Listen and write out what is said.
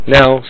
now